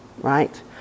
right